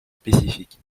spécifiques